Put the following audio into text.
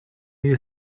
you